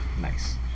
Nice